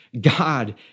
God